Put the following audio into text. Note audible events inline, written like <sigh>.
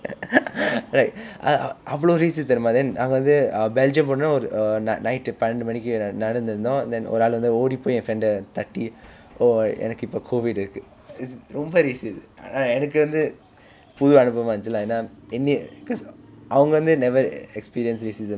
<laughs> like அவ்வளவு:avvalavu racist தெரியுமா:theriyumaa then நாங்க வந்து:naanga vanthu uh belgium போனவுடன் ஒரு:ponavudan oru err ni~ night பன்னண்டு மணிக்கு நடந்துட்டு இருந்தும்:pannandu manikku nadanthuttu irunthum then ஒரு ஆள் வந்து ஓடி போய் என்:oru aal vanthu oodi poi en friend eh தட்டி:thatti oh எனக்கு இப்போ:enakku ippo COVID இருக்கு:irukku is ரொம்ப:romba racist எனக்கு வந்து புது அனுபவமா இருந்துச்சு:enakku vanthu puthu anubavamaa irunthuchu lah ஏனா என்னை:aenaa ennai because அவங்க வந்து:avnga vanthu never experience racism